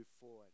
forward